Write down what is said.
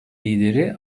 lideri